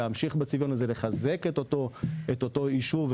לחזק את אותו יישוב,